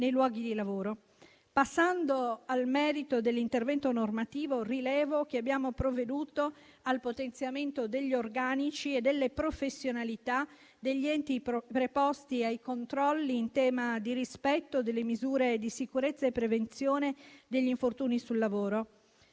nei luoghi di lavoro. Passando al merito dell'intervento normativo, rilevo che abbiamo provveduto al potenziamento degli organici e delle professionalità degli enti preposti ai controlli in tema di rispetto delle misure di sicurezza e prevenzione degli infortuni sul lavoro.